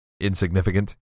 insignificant